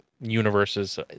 universes